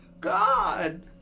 god